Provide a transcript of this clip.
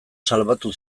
salbatu